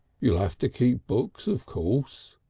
you'll have to keep books of course.